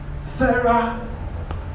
Sarah